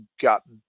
got